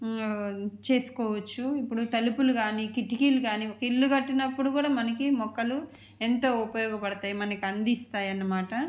చేసుకోవచ్చు ఇప్పుడు తలుపులు కాని కిటికీలు కాని ఇల్లు కట్టినప్పుడు కూడా మనకి మొక్కలు ఎంత ఉపయోగపడతాయి మనకి అందిస్తాయి అనమాట